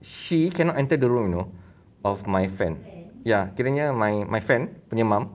she cannot enter the room you know of my friend ya kiranya my my friend punya mum